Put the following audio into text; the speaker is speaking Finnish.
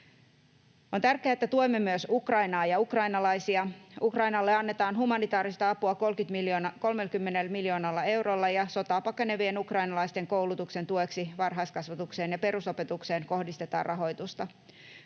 On tärkeää, että tuemme myös Ukrainaa ja ukrainalaisia. Ukrainalle annetaan humanitaarista apua 30 miljoonalla eurolla, ja sotaa pakenevien ukrainalaisten koulutuksen tueksi varhaiskasvatukseen ja perusopetukseen kohdistetaan rahoitusta.